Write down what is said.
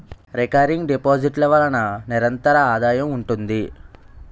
recurring deposit ల వలన నిరంతర ఆదాయం ఉంటుంది